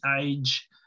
age